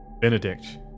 Benedict